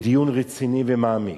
בדיון רציני ומעמיק,